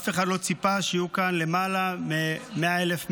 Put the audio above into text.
אף אחד לא ציפה שיהיו כאן למעלה מ-100,000 מפונים.